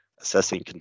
Assessing